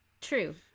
true